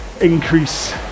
increase